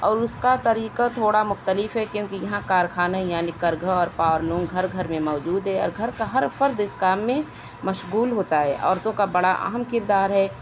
اور اس کا طریقہ تھوڑا مختلف ہے کیونکہ یہاں کارخانے یعنی کرگھو اور پاور لوم گھر گھر میں موجود ہے اور گھر کا ہر فرد اس کام میں مشغول ہوتا ہے عورتوں کا بڑا اہم کردار ہے